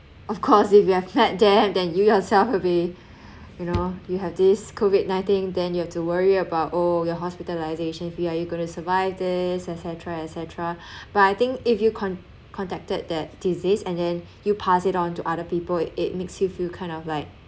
of course if you have then you yourself will be you know you have this COVID nineteen then you have to worry about oh your hospitalization fee are you going to survive this etcetera etcetera but I think if you con~ contracted that disease and then you pass it on to other people it it makes you feel kind of like